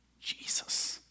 Jesus